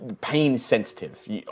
pain-sensitive